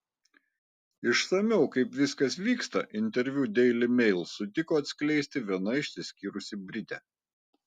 išsamiau kaip viskas vyksta interviu daily mail sutiko atskleisti viena išsiskyrusi britė